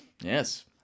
yes